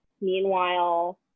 meanwhile